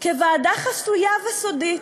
כוועדה חסויה וסודית.